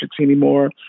anymore